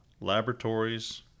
laboratories